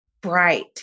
bright